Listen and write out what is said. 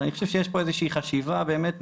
אבל אני חושב שיש פה איזושהי חשיבה מעניינית,